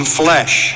flesh